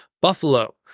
Buffalo